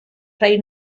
rey